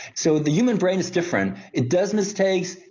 so the human brain is different. it does mistakes,